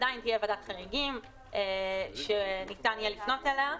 עדיין תהיה ועדת חריגים שניתן יהיה לפנות אליה.